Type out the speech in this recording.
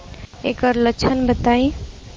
ऐकर लक्षण बताई?